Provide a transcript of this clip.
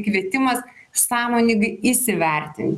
kvietimas sąmoningai įsivertint